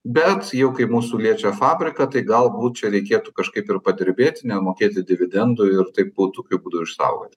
bet jau kai mūsų liečia fabriką tai galbūt čia reikėtų kažkaip ir padirbėt nemokėti dividendų ir tai būtų tokiu būdu išsaugoti